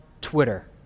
Twitter